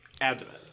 abdomen